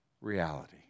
Reality